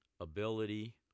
ability